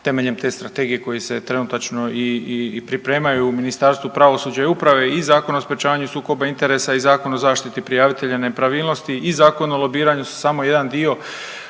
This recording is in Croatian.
temeljem te strategije koje se trenutačno i pripremaju u Ministarstvu pravosuđa i uprave i Zakon o sprečavanju sukoba interesa i Zakon o zaštiti prijavitelja nepravilnosti i Zakon o lobiranju su samo jedan dio